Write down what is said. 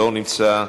לא נמצא,